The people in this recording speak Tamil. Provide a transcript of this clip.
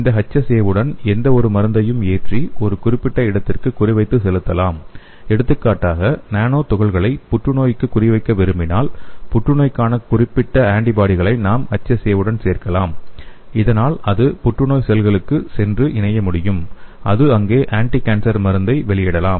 இந்த எச்எஸ்ஏவுடன் எந்தவொரு மருந்தையும் ஏற்றி ஒரு குறிப்பிட்ட இடத்திற்கு குறிவைத்து செலுத்தலாம் எடுத்துக்காட்டாக நானோ துகள்களை புற்றுநோய்க்கு குறிவைக்க விரும்பினால் புற்றுநோய்க்கான குறிப்பிட்ட ஆன்டிபாடிகளை நாம் எச்எஸ்ஏவுடன் சேர்க்கலாம் இதனால் அது புற்றுநோய் செல்லுக்கு சென்று இணைய முடியும் அது அங்கே ஆன்டிகான்சர் மருந்தை வெளியிடலாம்